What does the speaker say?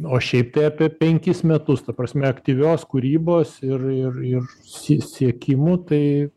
o šiaip tai apie penkis metus ta prasme aktyvios kūrybos ir ir ir sie siekimu tai